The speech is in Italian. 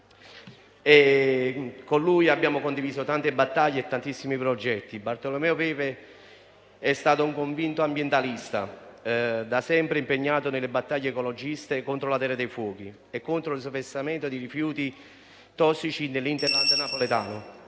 con cui abbiamo condiviso tante battaglie e tantissimi progetti. Bartolomeo Pepe è stato un convinto ambientalista, da sempre impegnato nelle battaglie ecologiste contro la Terra dei fuochi e contro lo sversamento di rifiuti tossici nell'*hinterland* napoletano.